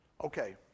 Okay